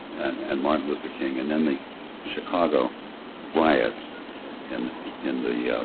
and martin luther king and then the chicago riots in in the